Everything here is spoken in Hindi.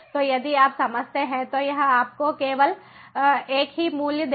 तो यदि आप समझते हैं तो यह आपको केवल एक ही मूल्य देगा